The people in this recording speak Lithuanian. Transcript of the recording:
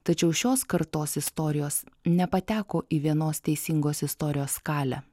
tačiau šios kartos istorijos nepateko į vienos teisingos istorijos skalę